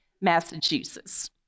Massachusetts